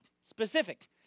Specific